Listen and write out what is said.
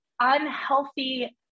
unhealthy